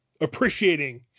appreciating